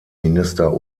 minister